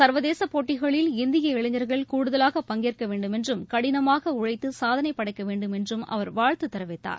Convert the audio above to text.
சா்வதேச போட்டிகளில் இந்திய இளைஞா்கள் கூடுதலாக பங்கேற்க வேண்டுமென்றும் கடினமாக உழைத்து சாதனை படைக்க வேண்டுமென்றும் அவர் வாழ்த்து தெரிவித்தார்